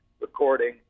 recording